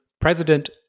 president